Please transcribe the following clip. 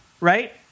Right